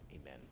Amen